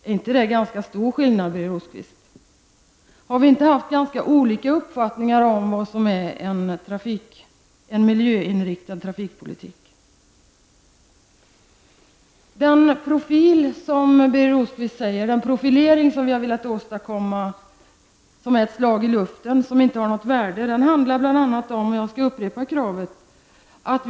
Är inte detta en ganska stor skillnad, Birger Rosqvist? Har vi inte haft ganska olika uppfattningar om vad som är en miljöinriktad trafikpolitik? Den profilering som vi vill åstadkomma och som sägs vara ett slag i luften och utan värde handlar bl.a. om följande, jag skall upprepa kravet.